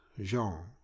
Jean